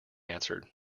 answered